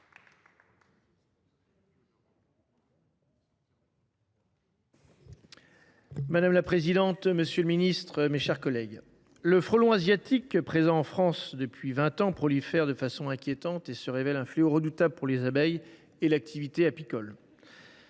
Madame la présidente, monsieur le secrétaire d’État, mes chers collègues, le frelon asiatique, présent en France depuis vingt ans, prolifère de façon inquiétante et se révèle un fléau redoutable pour les abeilles et l’activité apicole.